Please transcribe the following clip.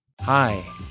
Hi